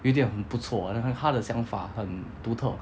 有点很不错 lah 他的想法很独特